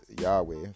Yahweh